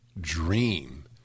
dream